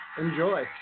Enjoy